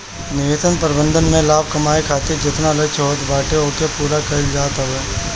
निवेश प्रबंधन में लाभ कमाए खातिर जेतना लक्ष्य होत बाटे ओके पूरा कईल जात हवे